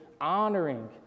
honoring